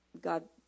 God